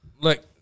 Look